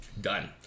done